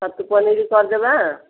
ଛତୁ ପନିର କରିଦେବା